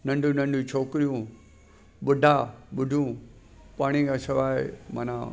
नंढियूं नंढियूं छोकिरियूं बुढा ॿुढियूं पाणी खां सवाइ माना